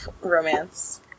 romance